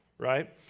right.